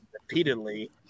repeatedly